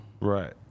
Right